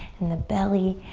and the belly.